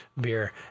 beer